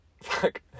Fuck